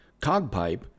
Cogpipe